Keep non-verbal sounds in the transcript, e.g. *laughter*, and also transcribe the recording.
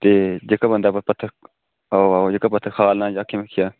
ते जेह्का बंदा पत्थर आहो आहो जेह्का पत्थर *unintelligible* पुच्छेआ